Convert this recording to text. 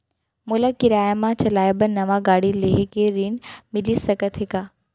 मोला किराया मा चलाए बर नवा गाड़ी लेहे के ऋण मिलिस सकत हे का?